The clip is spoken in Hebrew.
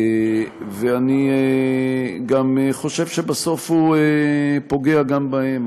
ואני גם חושב שבסוף הוא פוגע גם בהם.